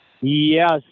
yes